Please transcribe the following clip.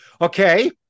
Okay